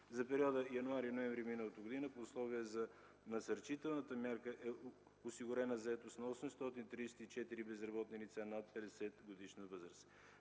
За периода януари-ноември миналата година при условията на насърчителната мярка е осигурена заетост на 834 безработни лица над 50-годишна възраст.